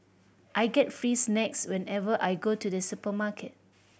I get free snacks whenever I go to the supermarket